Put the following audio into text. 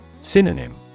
Synonym